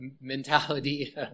mentality